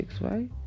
right